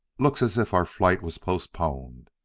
looks as if our flight was postponed.